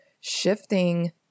shifting